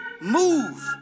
move